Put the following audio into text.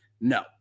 no